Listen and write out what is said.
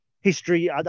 History